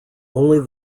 only